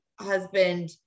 husband